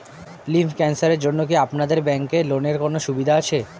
Lymph ক্যানসারের জন্য কি আপনাদের ব্যঙ্কে লোনের কোনও সুবিধা আছে?